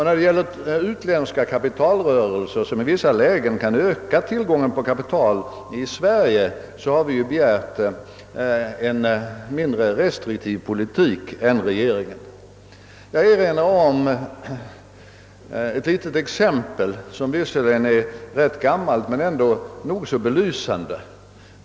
När det gäller utländska kapitalrörelser, som i vissa lägen kan öka tillgången på kapital i Sverige, har vi begärt en mindre restriktiv politik än regeringens. Jag erinrar här om ett litet exempel som visserligen är rätt gammalt men ändå nog så belysande.